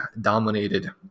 dominated